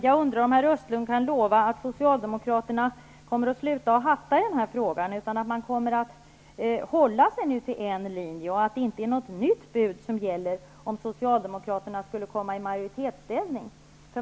Jag undrar om herr Östlund kan lova att Socialdemokraterna kommer att sluta att hatta i den här frågan och kommer att hålla sig till en linje, att inte något nytt bud gäller om Socialdemokraterna skulle komma i majoritetsställning.